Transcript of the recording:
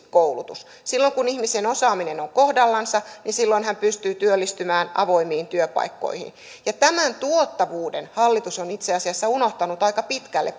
koulutus silloin kun ihmisen osaaminen on kohdallansa hän pystyy työllistymään avoimiin työpaikkoihin tämän tuottavuuden hallitus on itse asiassa unohtanut aika pitkälle